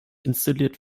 installiert